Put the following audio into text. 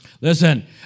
Listen